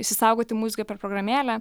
išsisaugoti muziką per programėlę